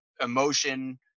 emotion